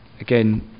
again